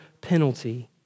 penalty